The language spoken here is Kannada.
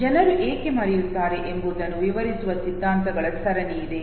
ಜನರು ಏಕೆ ಮರೆಯುತ್ತಾರೆ ಎಂಬುದನ್ನು ವಿವರಿಸುವ ಸಿದ್ಧಾಂತಗಳ ಸರಣಿಯಿದೆ